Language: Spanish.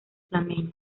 flamencos